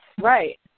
Right